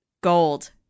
gold